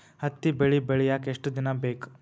ಹತ್ತಿ ಬೆಳಿ ಬೆಳಿಯಾಕ್ ಎಷ್ಟ ದಿನ ಬೇಕ್?